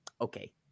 Okay